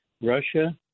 Russia –